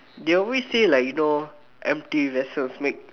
they always say like you know empty vessels makes